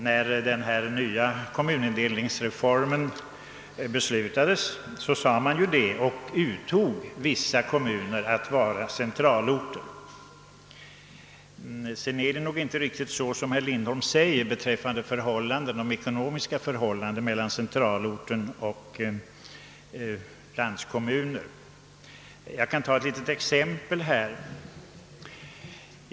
Vid den nya kommunindelningsreformen utsågs vissa kommuner att vara centralorter. Vidare ligger det nog inte riktigt till så, som herr Lindholm sade, med det ekonomiska förhållandet mellan centralorten och landskommunerna. Jag kan ta ett litet exempel.